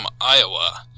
Iowa